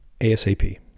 ASAP